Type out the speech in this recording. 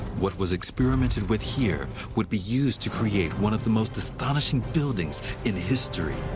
what was experimented with here would be used to create one of the most astonishing buildings in history.